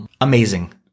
Amazing